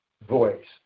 voice